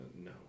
No